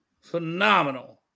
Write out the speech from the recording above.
phenomenal